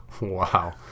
Wow